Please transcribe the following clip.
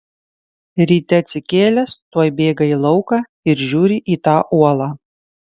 ryte atsikėlęs tuoj bėga į lauką ir žiūrį į tą uolą